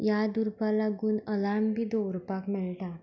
याद उरपा लागून अलार्म बी दवरपाक मेळटा